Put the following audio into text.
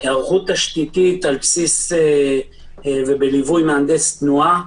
היערכות תשתיתית בליווי מהנדס תנועה.